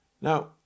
Now